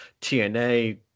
TNA